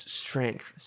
strength